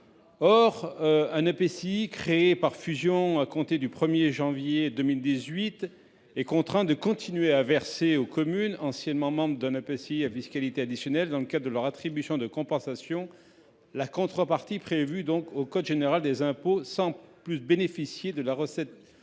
Un EPCI créé par fusion à compter du 1 janvier 2018 est contraint de continuer à verser aux communes anciennement membres d’un EPCI à fiscalité additionnelle, dans le cadre de leurs attributions de compensation, la contrepartie prévue dans code général des impôts sans plus bénéficier de la recette de